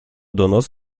donos